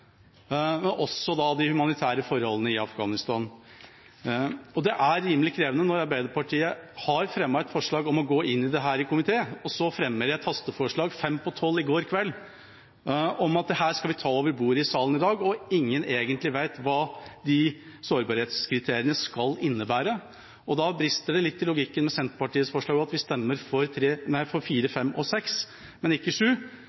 også de humanitære forholdene i Afghanistan. Det er rimelig krevende når Arbeiderpartiet har fremmet et forslag om å gå inn i dette i komiteen, og så fremmet et hasteforslag fem på tolv i går kveld om at vi skulle ta dette over bordet i salen i dag, og ingen egentlig vet hva sårbarhetskriteriene skal innebære. Da brister det litt i logikken i Senterpartiets forslag om at vi stemmer for forslagene nr. 4, nr. 5 og nr. 6, men ikke